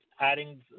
adding